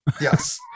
Yes